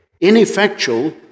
ineffectual